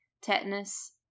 tetanus